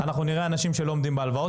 אנחנו נראה אנשים שלא עומדים בהלוואות